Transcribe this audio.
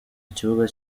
kibuga